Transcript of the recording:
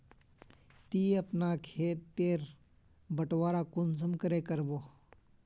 ती अपना खेत तेर बटवारा कुंसम करे करबो?